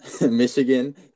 Michigan